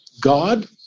God